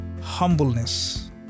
humbleness